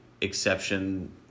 exception